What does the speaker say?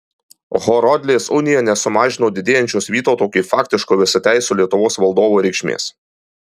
horodlės unija nesumažino didėjančios vytauto kaip faktiško visateisio lietuvos valdovo reikšmės